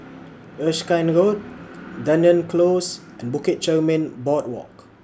Erskine Road Dunearn Close and Bukit Chermin Boardwalk